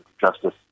justice